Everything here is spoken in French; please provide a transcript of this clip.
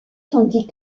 tandis